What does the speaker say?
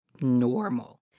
normal